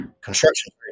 construction